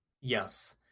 Yes